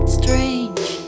strange